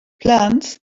plants